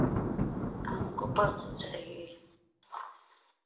और हमको परसों चाहिए